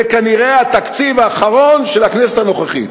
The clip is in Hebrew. זה כנראה התקציב האחרון של הכנסת הנוכחית,